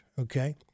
Okay